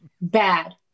bad